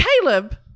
Caleb